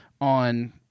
on